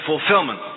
fulfillment